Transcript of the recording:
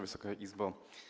Wysoka Izbo!